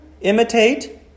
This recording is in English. Imitate